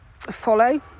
follow